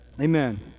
Amen